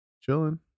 chilling